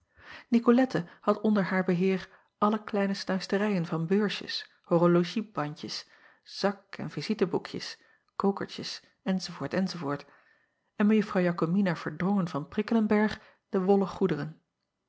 icolette had onder haar beheer alle kleine snuisterijen van beursjes horologiebandjes zak en visiteboekjes kokertjes acob van ennep laasje evenster delen enz enz en ejuffrouw akomina erdrongen van rikkelenberg de wollen goederen